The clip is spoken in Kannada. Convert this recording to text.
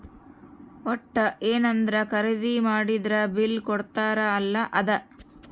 ವಟ್ಟ ಯೆನದ್ರ ಖರೀದಿ ಮಾಡಿದ್ರ ಬಿಲ್ ಕೋಡ್ತಾರ ಅಲ ಅದ